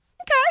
okay